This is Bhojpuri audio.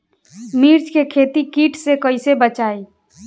मिर्च के खेती कीट से कइसे बचाई?